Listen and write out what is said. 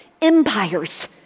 empires